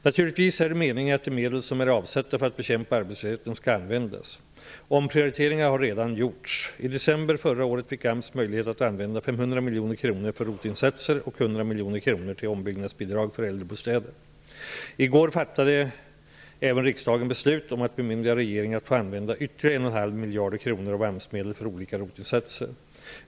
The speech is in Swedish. Naturligtvis är det meningen att de medel som är avsatta för att bekämpa arbetslösheten skall användas. Omprioriteringar har redan gjorts. I december förra året fick AMS möjlighet att använda 500 miljoner kronor för ROT-insatser och 100 miljoner kronor till ombyggnadsbidrag för äldrebostäder. I går fattade riksdagen beslut om att bemyndiga regeringen att få använda ytterligare 1,5 insatser.